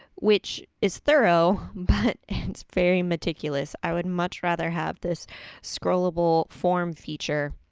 which is thorough, but it's very meticulous. i would much rather have this scrollable form feature,